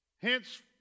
Hence